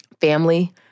family